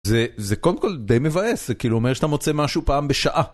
זה.. זה קודם כל די מבאס, זה כאילו אומר שאתה מוצא משהו פעם בשעה.